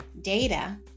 data